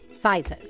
sizes